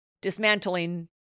dismantling